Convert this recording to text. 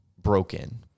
broken